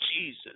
Jesus